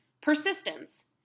persistence